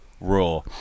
Raw